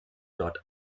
dot